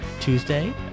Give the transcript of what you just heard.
Tuesday